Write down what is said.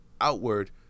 outward